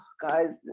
guys